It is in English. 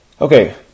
Okay